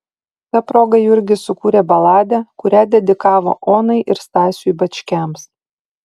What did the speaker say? ta proga jurgis sukūrė baladę kurią dedikavo onai ir stasiui bačkiams